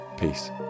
Peace